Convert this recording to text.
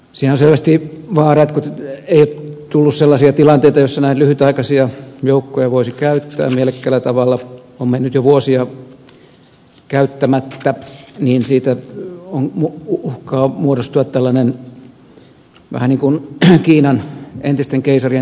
siinä on selvästi vaara että kun ei ole tullut sellaisia tilanteita joissa näin lyhytaikaisia joukkoja voisi käyttää mielekkäällä tavalla on mennyt jo vuosia käyttämättä niin siitä uhkaa muodostua vähän niin kuin kiinan entisten keisarien terrakotta armeija